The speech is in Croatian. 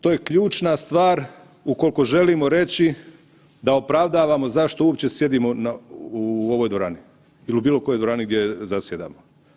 To je ključna stvar ukoliko želimo reći da opravdavamo zašto uopće sjedimo u ovoj dvorani ili bilo kojoj dvorani gdje zasjedamo.